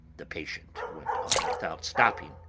the patient went on without stopping.